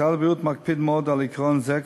משרד הבריאות מקפיד מאוד על עיקרון זה,